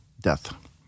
death